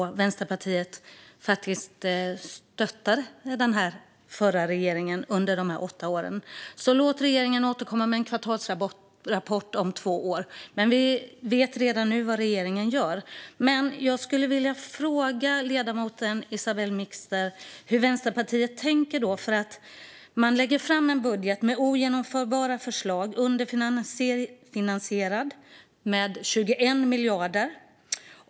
Vänsterpartiet stöttade den förra regeringen under de åtta åren. Låt den här regeringen återkomma med en kvartalsrapport om två år, även om vi redan nu vet vad regeringen gör. Jag skulle vilja fråga ledamoten Isabell Mixter hur Vänsterpartiet tänker. Man lägger fram en budget med ogenomförbara förslag som är underfinansierad med 21 miljarder.